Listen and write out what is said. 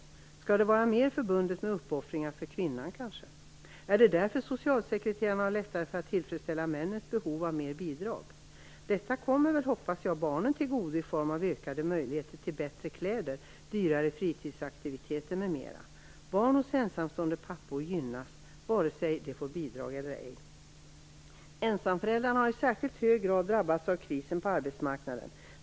Skall det kanske vara mer förbundet med uppoffringar för kvinnor? Är det därför som socialsekreterarna har lättare för att tillfredsställa männens behov av mer bidrag? Detta kommer förhoppningsvis barnen till godo i form av ökade möjligheter till bättre kläder, dyrare fritidsaktiviteter m.m. Barn hos ensamstående pappor gynnas vare sig dessa pappor får bidrag eller ej. Ensamföräldrarna har i särskilt hög grad drabbats av krisen på arbetsmarknaden.